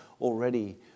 already